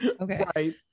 Okay